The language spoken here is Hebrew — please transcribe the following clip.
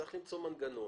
צריך למצוא מנגנון